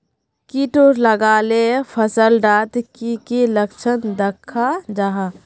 किट लगाले फसल डात की की लक्षण दखा जहा?